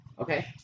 okay